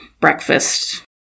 breakfast